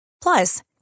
Plus